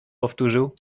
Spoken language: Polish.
powtórzył